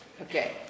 Okay